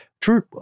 True